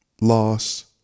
loss